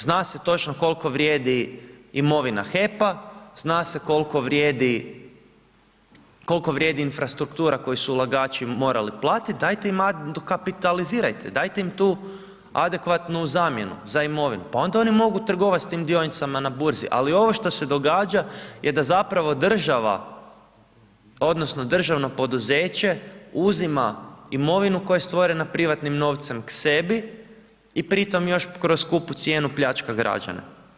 Zna se točno koliko vrijedi imovina HEP-a, zna se koliko vrijedi infrastruktura koju su ulagači morali platiti, dajte im, dokapitalizirajte, dajte im tu adekvatnu zamjenu za imovinu pa onda oni mogu trgovati sa tim dionicama na burzi ali ovo što se događa je da za pravo država odnosno državno poduzeće uzima imovinu koja je stvorena privatnim novcem k sebi i pri tom još kroz skupu cijenu pljačka građane.